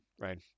right